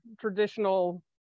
traditional